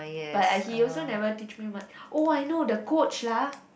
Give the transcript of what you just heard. but uh he also never teach me much oh I know the coach lah